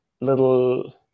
little